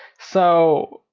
so,